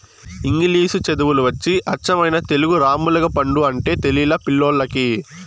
ఇంగిలీసు చదువులు వచ్చి అచ్చమైన తెలుగు రామ్ములగపండు అంటే తెలిలా పిల్లోల్లకి